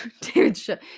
David